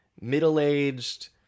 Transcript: middle-aged